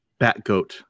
Batgoat